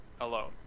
alone